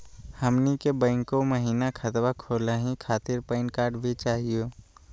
हमनी के बैंको महिना खतवा खोलही खातीर पैन कार्ड भी चाहियो?